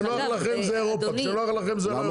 כשנוח לכם זה אירופה, כשנוח לכם זה לא אירופה.